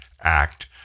Act